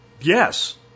yes